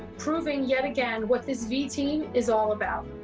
proving yet again what this v team is all about.